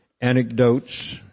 anecdotes